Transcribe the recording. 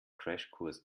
crashkurs